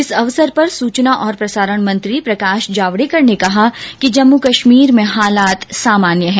इस अवसर पर सूचना और प्रसारण मंत्री प्रकाश जावडेकर ने कहा कि जम्मू केश्मीर में हालात सामान्य है